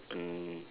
when